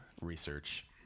research